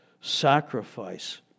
sacrifice